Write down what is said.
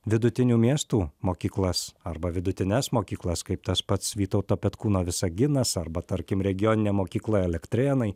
vidutinių miestų mokyklas arba vidutines mokyklas kaip tas pats vytauto petkūno visaginas arba tarkim regioninė mokykla elektrėnai